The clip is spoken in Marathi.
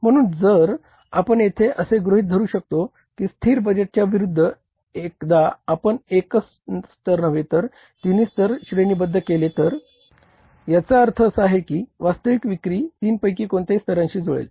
म्हणून आपण येथे असे गृहीत धरू शकतो की स्थिर बजेटच्या विरुद्ध एकदा आपण एकच स्तर नव्हे तर तिन्ही स्तर श्रेणीबद्ध केले तर याचा अर्थ असा आहे की वास्तविक विक्री तीनपैकी कोणत्याही स्तरांशी जुळेल